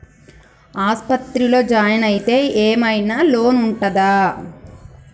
ఆస్పత్రి లో జాయిన్ అయితే ఏం ఐనా లోన్ ఉంటదా?